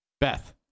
Beth